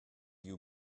you